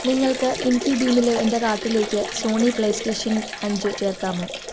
നിങ്ങൾക്ക് ഇൻഫിബീമിലെ എൻ്റെ കാർട്ടിലേക്ക് സോണി പ്ലേസ്റ്റേഷൻ അഞ്ച് ചേർക്കാമോ